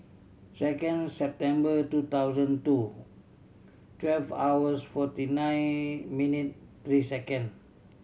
second September two thousand two twelve hours forty nine minute three second